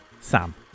Sam